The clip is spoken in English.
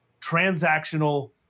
transactional